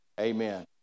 Amen